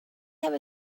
have